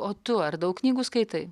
o tu ar daug knygų skaitai